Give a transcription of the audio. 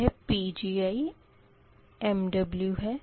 यह PgiMW है